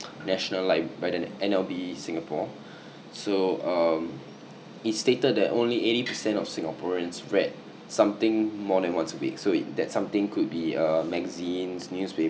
national lib~ by the N_L_B singapore so um it stated that only eighty percent of singaporeans read something more than once a week so it that something could be uh magazines newspaper